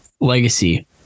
legacy